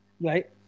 right